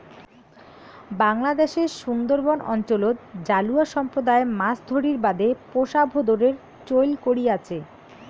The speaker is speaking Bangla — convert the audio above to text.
বাংলাদ্যাশের সুন্দরবন অঞ্চলত জালুয়া সম্প্রদায় মাছ ধরির বাদে পোষা ভোঁদরের চৈল করি আচে